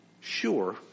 Sure